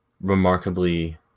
remarkably